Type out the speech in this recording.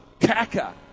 Kaka